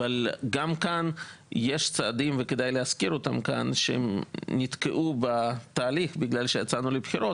אבל גם כאן יש צעדים שנתקעו בתהליך בגלל שיצאנו לבחירות,